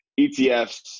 ETFs